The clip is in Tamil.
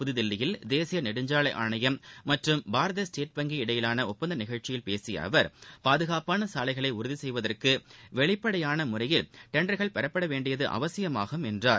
புதுதில்லியில் தேசிய நெடுஞ்சாலை ஆணையம் மற்றும் பாரத ஸ்டேட் வங்கி இடையேயான ஒப்பந்த நிகழ்ச்சியில் பேசிய அவர் பாதுகாப்பான சாலைகளை உறுதி செய்வதற்கு வெளிப்படையான முறையில் டெண்டர்கள் பெறப்பட வேண்டியது அவசியமாகும் என்றார்